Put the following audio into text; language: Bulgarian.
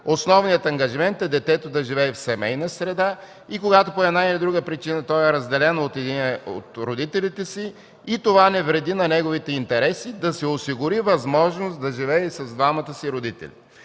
Основният ангажимент е детето да живее в семейна среда и когато по една или друга причина то е разделено от единия от родителите си, и това не вреди на неговите интереси, да се осигури възможност да живее с двамата си родители.